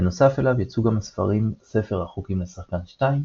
בנוסף אליו יצאו גם הספרים ספר החוקים לשחקן 2,